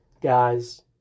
Guys